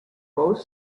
both